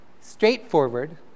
straightforward